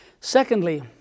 Secondly